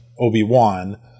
Obi-Wan